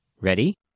Ready